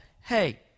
Hey